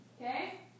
okay